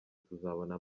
tuzabona